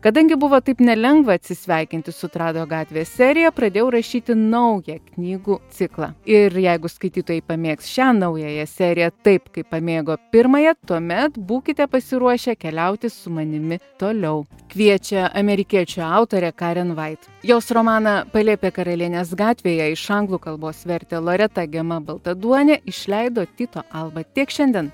kadangi buvo taip nelengva atsisveikinti sutrado gatvės serija pradėjau rašyti naują knygų ciklą ir jeigu skaitytojai pamėgs šią naująją seriją taip kaip pamėgo pirmąją tuomet būkite pasiruošę keliauti su manimi toliau kviečia amerikiečių autorė karen vait jos romaną palėpė karalienės gatvėje iš anglų kalbos vertė loreta gema baltaduonienė išleido tyto alba tiek šiandien